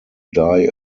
die